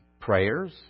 prayers